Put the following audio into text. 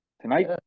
tonight